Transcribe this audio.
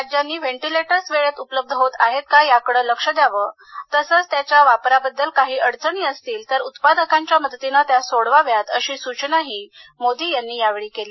राज्यांनी व्हेंटीलेटर्स वेळेत उपलब्ध होतं आहेत का तसंच त्याच्या वापराबद्दल काही अडचणी असतील तर उत्पादकांच्या मदतीनं सोडवाव्यात अशी सूचनाही मोदी यांनी या वेळी केली